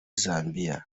zambia